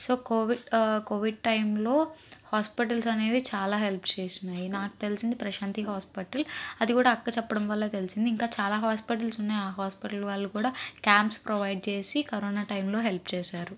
so Covid Covid టైంలో hospitals అనేవి చాలా హెల్ప్ చేసాయి నాకు తెలిసింది ప్రశాంతి హాస్పిటల్ అది కూడా ఆ అక్క చెప్పడం వల్ల తెలిసింది ఇంకా చాలా హాస్పటల్స్ ఉన్నాయి ఆ హాస్పటల్ వాళ్ళు కూడా క్యాంప్స్ ప్రొవైడ్ చేసి కరోనా టైంలో హెల్ప్ చేసారు